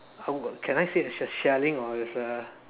a can I say it's a shelling or is a